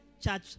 church